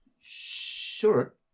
Sure